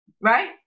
right